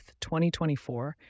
2024